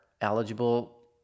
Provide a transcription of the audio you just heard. eligible